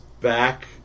back